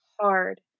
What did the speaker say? hard